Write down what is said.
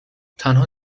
تنها